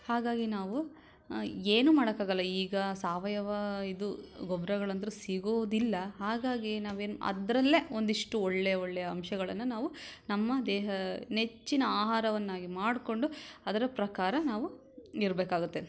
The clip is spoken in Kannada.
ಹಾಗಾಗಿ ನಾವು ಏನು ಮಾಡೋಕ್ಕಾಗಲ್ಲ ಈಗ ಸಾವಯವ ಇದು ಗೊಬ್ಬರಗಳಂದ್ರೂ ಸಿಗೋದಿಲ್ಲ ಹಾಗಾಗಿ ನಾವೇನು ಅದರಲ್ಲೇ ಒಂದಿಷ್ಟು ಒಳ್ಳೆಯ ಒಳ್ಳೆಯ ಅಂಶಗಳನ್ನು ನಾವು ನಮ್ಮ ದೇಹ ನೆಚ್ಚಿನ ಆಹಾರವನ್ನಾಗಿ ಮಾಡಿಕೊಂಡು ಅದರ ಪ್ರಕಾರ ನಾವು ಇರಬೇಕಾಗತ್ತೆ